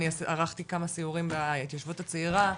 אני ערכתי כמה סיורים בהתיישבות הצעירה,